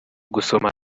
gusomana